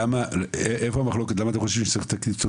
למי אתה מפנה אותי במשרד האוצר?